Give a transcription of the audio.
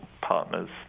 partners